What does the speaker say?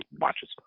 watches